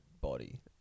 body